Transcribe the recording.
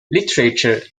literature